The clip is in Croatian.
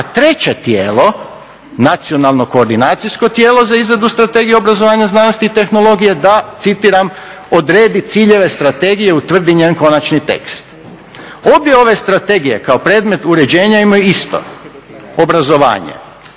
A treće tijelo Nacionalno koordinacijsko tijelo za izradu strategije obrazovanja, znanosti i tehnologije da citiram: "Odredi ciljeve strategije i utvrdi njen konačni tekst." Obje ove strategije kao predmet uređenja imaju isto obrazovanje.